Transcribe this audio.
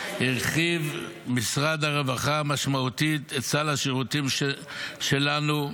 הרחיב משרד הרווחה משמעותית את סל השירותים שלו,